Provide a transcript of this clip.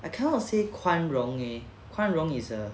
I cannot say 宽容 eh 宽容 is a